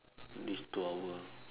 this two hour